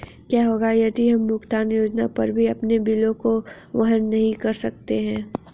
क्या होगा यदि हम भुगतान योजना पर भी अपने बिलों को वहन नहीं कर सकते हैं?